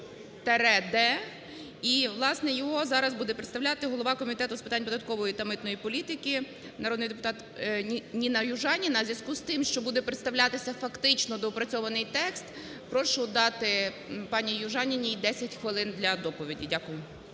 і, власне, його зараз буде представляти голова Комітету з питань податкової та митної політики, народний депутат Ніна Южаніна. У зв'язку з тим, що буде представлятися фактично доопрацьований текст, прошу дати пані Южаніній 10 хвилин для доповіді. Дякую.